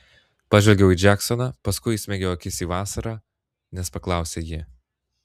pažvelgiau į džeksoną paskui įsmeigiau akis į vasarą nes paklausė ji